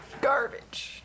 Garbage